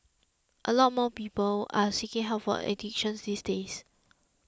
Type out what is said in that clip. a lot more people are seeking help for addictions these days